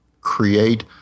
create